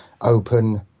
open